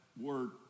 word